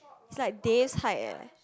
is like Dave's height eh